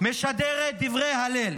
משדרת דברי הלל.